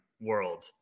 world